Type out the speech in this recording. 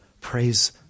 Praise